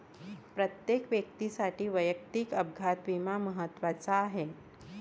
प्रत्येक व्यक्तीसाठी वैयक्तिक अपघात विमा महत्त्वाचा आहे